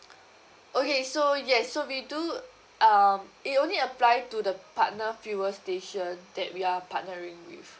okay so yes so we do uh it only apply to the partner fuel station that we are partnering with